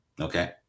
Okay